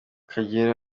kagere